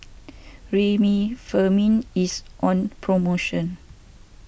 Remifemin is on promotion